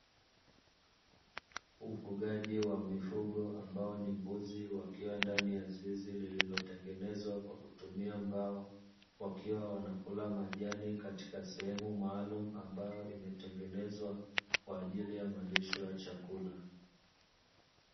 Mfugaji wa mifugo ambawo akiwa ni mbuzi akiwa ndani ya zizi lililotengenezwa kwa kutumia mbao wakiwa wanakula majani katika sehemu maalumu ambayo imetengenezwa kwa ajili ya malisho ya chakula.